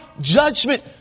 judgment